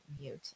mute